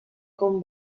com